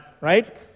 right